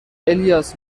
الیاس